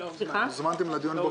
הוזמנתם לדיון.